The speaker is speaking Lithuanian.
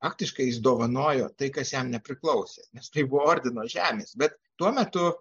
faktišksi jis dovanojo dovanojo tai kas jam nepriklausė nes tai buvo ordino žemės bet tuo metu